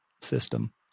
system